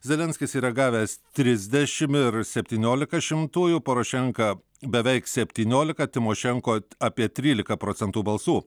zelenskis yra gavęs trisdešim ir septyniolika šimtųjų porošenka beveik septyniolika tymošenko apie trylika procentų balsų